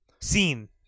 Scene